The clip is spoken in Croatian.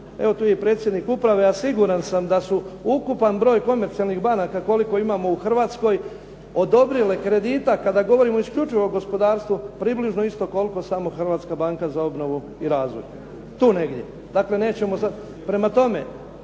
evo tu je i predsjednik uprave, a siguran sam da su ukupan broj komercijalnih banaka, koliko imamo u Hrvatskoj odobrile kredita, kada govorimo isključivo o gospodarstvo, približno isto koliko samo Hrvatska banka za obnovu i razvoj. Tu negdje, dakle